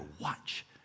watch